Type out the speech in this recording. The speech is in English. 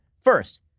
first